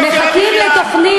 אתם אחראים ליוקר המחיה,